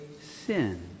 sin